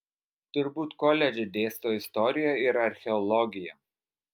turbūt koledže dėsto istoriją ir archeologiją